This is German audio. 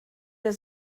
der